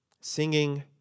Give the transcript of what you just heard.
Singing